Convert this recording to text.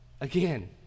Again